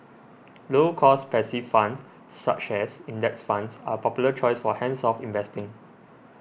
low cost passive funds such as index funds are popular choice for hands off investing